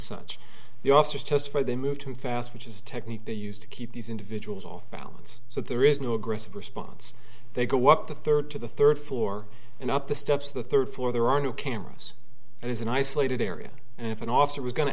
such the officers testified they moved too fast which is a technique they used to keep these individuals off balance so there is no aggressive response they go up the third to the third floor and up the steps of the third floor there are no cameras it is an isolated area and if an officer was going to